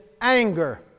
anger